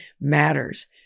matters